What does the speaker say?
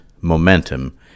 Momentum